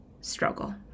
struggle